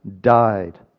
died